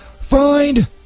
Find